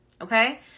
okay